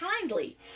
kindly